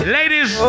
Ladies